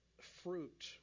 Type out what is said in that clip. fruit